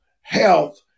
health